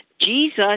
Jesus